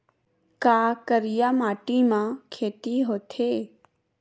का करिया माटी म खेती होथे?